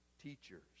teachers